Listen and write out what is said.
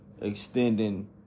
extending